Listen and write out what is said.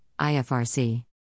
IFRC